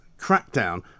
crackdown